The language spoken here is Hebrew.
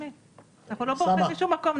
אנחנו לא בורחים לשום מקום,